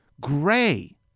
gray